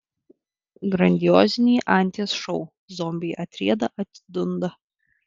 grandioziniai anties šou zombiai atrieda atidunda